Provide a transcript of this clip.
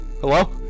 Hello